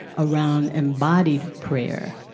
around embodied prayer.